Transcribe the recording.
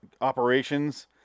operations